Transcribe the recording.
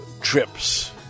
trips